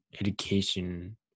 education